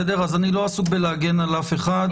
איני עסוק בלהגן על אף אחד.